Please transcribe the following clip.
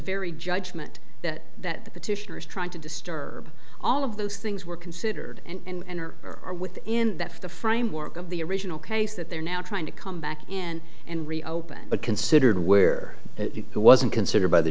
very judgment that that the petitioner is trying to destroy all of those things were considered and or are within that the framework of the original case that they're now trying to come back in and reopen but considered where it wasn't considered by the